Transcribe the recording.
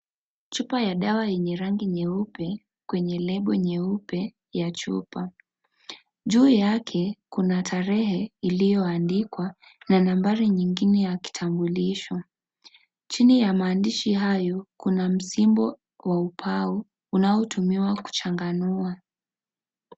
Chupa ya dawa yenye rangi nyeupe, kwenye label nyeupe ya chupa. Juu yake kuna tarehe, iliyoandikwa na nambari nyingine ya kitambulisho. Chini ya maandishi hayo, kuna msimbo wa ubao, unaotumiwa kuchanganua.